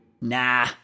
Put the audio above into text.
Nah